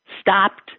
stopped